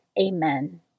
Amen